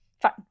Fine